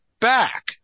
back